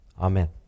Amen